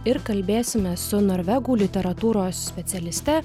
ir kalbėsime su norvegų literatūros specialiste